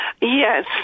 yes